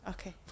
Okay